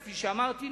כפי שאמרתי,